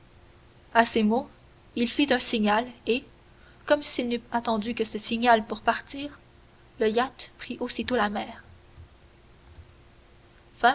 à ces mots il fit un signal et comme s'il n'eût attendu que ce signal pour partir le yacht prit aussitôt la mer